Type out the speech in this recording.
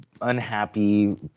unhappy